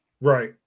Right